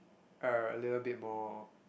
are a little bit more